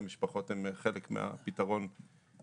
אנחנו גם מברכים על זה שהמשרדים עצמם הצליחו להפיק יש מאין.